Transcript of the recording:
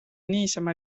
niisama